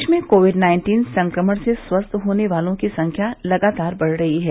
प्रदेश में Covid nineteen संक्रमण से स्वस्थ होने वालों की संख्या लगातार बढ़ रही है